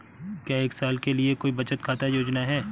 क्या एक साल के लिए कोई बचत योजना है?